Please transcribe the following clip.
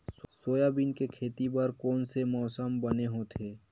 Soybean के खेती बर कोन से मौसम बने होथे?